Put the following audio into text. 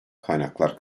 kaynaklar